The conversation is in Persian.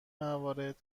موارد